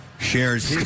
shares